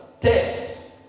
tests